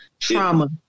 trauma